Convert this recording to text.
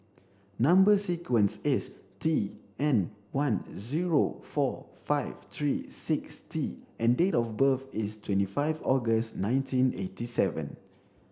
number sequence is T N one zero four five three six T and date of birth is twenty five August nineteen eighty seven